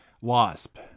Wasp